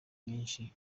nyinshi